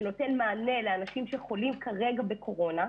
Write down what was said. שנותן מענה לאנשים שחולים כרגע בקורונה,